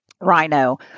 Rhino